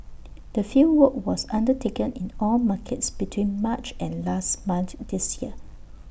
the fieldwork was undertaken in all markets between March and last month this year